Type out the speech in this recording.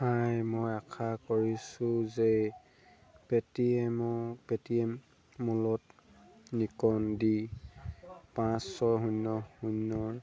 হাই মই আশা কৰিছো যে পে' টি এমৰ পে' টি এম মলত নিকন ডি পাঁচ ছয় শূন্য শূন্যৰ